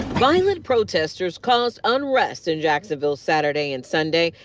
violent protesters caused unrest in jacksonville saturday and sunday,